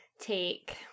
take